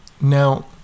Now